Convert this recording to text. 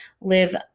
live